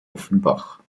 offenbach